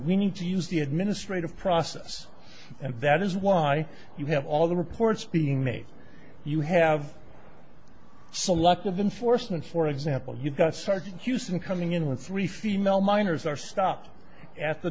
we need to use the administrative process and that is why you have all the reports being made you have selective enforcement for example you've got sergeant houston coming in with three female minors are stopped at the